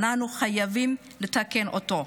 ואנחנו חייבים לתקן אותו.